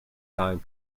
time